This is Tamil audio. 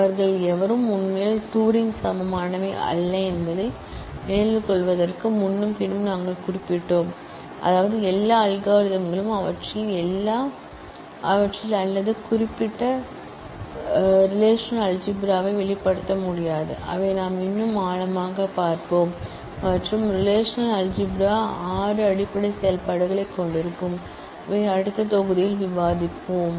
அவைகளில் எதுவும் உண்மையில் டூரிங் சமமானவை அல்ல என்பதை நினைவில் கொள்வதற்கு முன்னும் பின்னும் நாங்கள் குறிப்பிட்டோம் அதாவது எல்லா அல்காரிதம் களும் அவற்றில் அல்லது குறிப்பாக ரெலேஷனல்அல்ஜிப்ரா வை வெளிப்படுத்த முடியாது அவை நாம் இன்னும் டீப்பாக பார்ப்போம் மற்றும் ரெலேஷனல்அல்ஜிப்ரா ஆறு பேசிக் ஆப்பரேஷன் களைக் கொண்டிருக்கும் அவை அடுத்த விரிவுரையில் விவாதிப்போம்